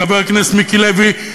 חבר הכנסת מיקי לוי,